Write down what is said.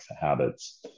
Habits